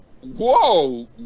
whoa